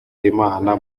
imana